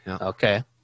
Okay